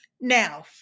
Now